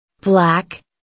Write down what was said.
Black